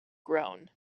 grown